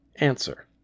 Answer